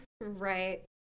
Right